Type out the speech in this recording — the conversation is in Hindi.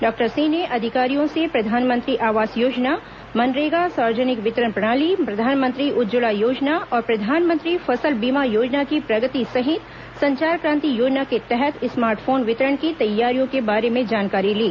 डॉक्टर सिंह ने अधिकारियों से प्रधानमंत्री आवास योजना मनरेगा सार्वजनिक वितरण प्रणाली प्रधानमंत्री उज्जवला योजना और प्रधानमंत्री फसल बीमा योजना की प्रगति सहित संचार क्रांति योजना के तहत स्मार्ट फोन वितरण की तैयारियों के बारे में जानकारी ली